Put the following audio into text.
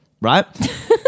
right